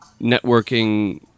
networking